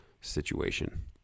situation